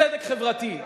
צדק חברתי.